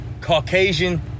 Caucasian